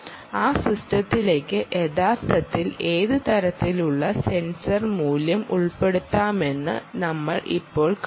ആ സിസ്റ്റത്തിലേക്ക് യഥാർത്ഥത്തിൽ ഏത് തരത്തിലുള്ള സെൻസർ മൂല്യം ഉൾപ്പെടുത്താമെന്ന് നമ്മൾ ഇപ്പോൾ കാണും